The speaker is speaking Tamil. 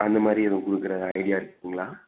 அந்த மாதிரி எதுவும் கொடுக்குற ஐடியா இருக்குங்களா